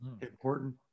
important